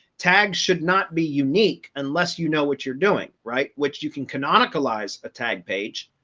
tags should not be unique unless you know what you're doing right, which you can canonicalization a tag page.